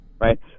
Right